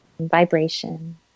vibration